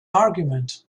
argument